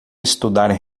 estudar